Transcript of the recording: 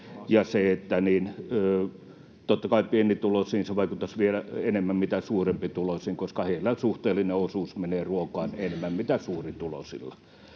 pienituloisiin se vaikuttaisi vielä enemmän kuin suurempituloisiin, koska heillä suhteellisesti menee ruokaan enemmän kuin suurituloisilla.